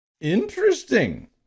Interesting